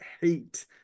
hate